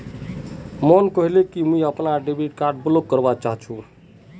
मोहन कहले कि मुई अपनार डेबिट कार्ड ब्लॉक करवा चाह छि